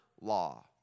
law